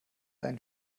einen